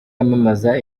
yamamaza